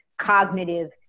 cognitive